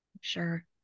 Sure